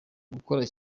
ugukora